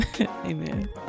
Amen